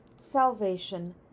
salvation